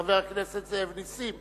של חבר הכנסת זאב נסים,